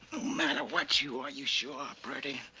matter what you are, you sure are pretty.